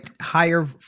higher